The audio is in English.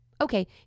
Okay